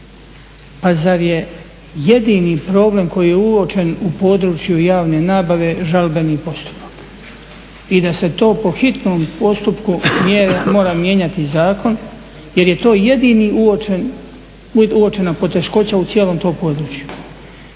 Pa zar je jedini problem koji je uočen u području javne nabave žalbeni postupak i da se to po hitnom postupku mora mijenjati zakon, jer je to jedini uočena poteškoća u cijelom tom području.